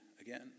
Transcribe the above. again